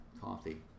coffee